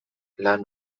lan